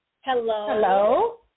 Hello